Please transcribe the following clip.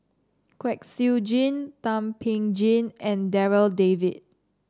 Kwek Siew Jin Thum Ping Tjin and Darryl David